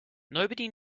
nobody